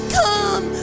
come